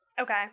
Okay